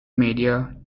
media